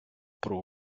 про